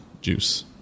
juice